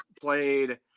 played